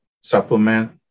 supplement